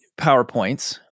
PowerPoints